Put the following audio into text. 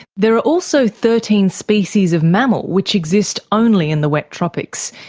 there are also thirteen species of mammal which exist only in the wet tropics,